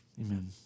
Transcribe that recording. Amen